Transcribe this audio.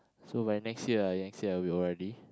so by next year ah next year I will O_R_D